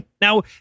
Now